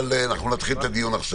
אבל אנחנו נתחיל עכשיו את הדיון.